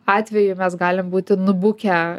atveju mes galim būti nubukę